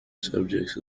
subjects